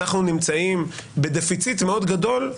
אנחנו נמצאים בדפיציט מאוד גדול,